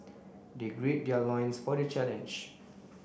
they gird their loins for the challenge